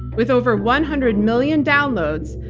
with over one hundred million downloads,